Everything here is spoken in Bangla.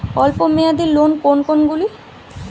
অল্প মেয়াদি লোন কোন কোনগুলি?